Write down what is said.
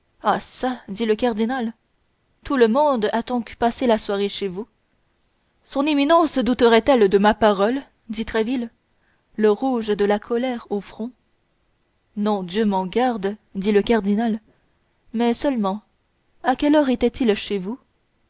dit le cardinal tout le monde a donc passé la soirée chez vous son éminence douterait elle de ma parole dit tréville le rouge de la colère au front non dieu m'en garde dit le cardinal mais seulement à quelle heure était-il chez vous